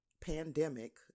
pandemic